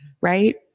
Right